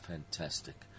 Fantastic